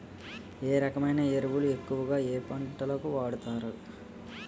ఏ రకమైన ఎరువులు ఎక్కువుగా ఏ పంటలకు వాడతారు?